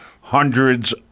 hundreds